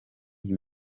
iyi